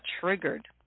triggered